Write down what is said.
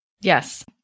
Yes